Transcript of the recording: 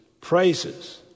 praises